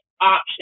Option